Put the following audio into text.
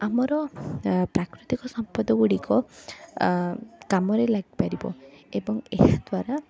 ଆମର ପ୍ରାକୃତିକ ସମ୍ପଦଗୁଡ଼ିକ ଆ କାମରେ ଲାଗିପାରିବ ଏବଂ ଏହାଦ୍ଵାରା